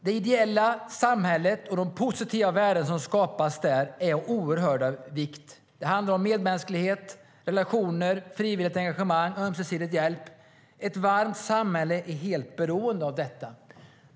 Det ideella samhället och de positiva värden som skapas där är av oerhörd vikt. Det handlar om medmänsklighet, relationer, frivilligt engagemang och ömsesidig hjälp. Ett varmt samhälle är helt beroende av detta.